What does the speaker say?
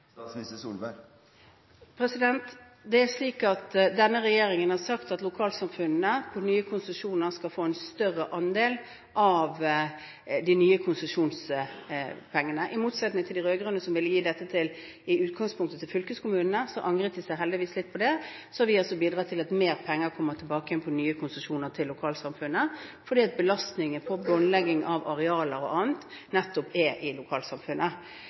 Denne regjeringen har sagt at lokalsamfunnene på nye konsesjoner skal få en større andel av de nye konsesjonspengene, i motsetning til de rød-grønne, som i utgangspunktet ville gi dette til fylkeskommunene. Så angret de seg heldigvis. Vi har altså bidratt til at mer penger kommer tilbake igjen på nye konsesjoner til lokalsamfunnet, fordi belastningen på båndlegging av arealer og annet nettopp er i lokalsamfunnet.